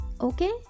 Okay